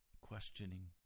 questioning